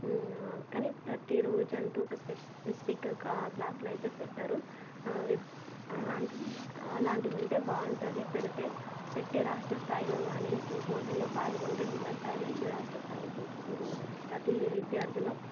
కానీ ప్రతీ రోజంటూ ఒక స్పె స్పెసిఫిక్గా కా క్లాస్లైతే పెట్టరు ఆలాంటివుంటే బాగుంటుంది పెడితే పెట్టి రాష్ట్ర స్థాయిలో కానీ పోటీల్లో పాల్గొంటే జిల్లా స్థాయి నుంచి రాష్ట్ర స్థాయికి ప్రతీ విద్యార్థిలో